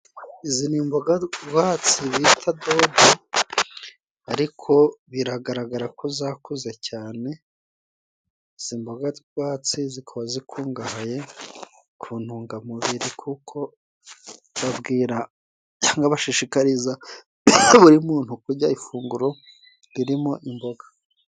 Izi ni imboga rwatsi bita dodo, ariko biragaragara ko zakuze cyane. Izi mboga rwatsi zikaba zikungahaye ku ntungamubiri kuko babwira cyangwa bashishikariza buri muntu kurya ifunguro ririmo imboga.